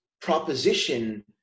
proposition